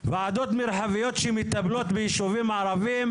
ועדות מרחביות שמטפלות בישובים ערבים,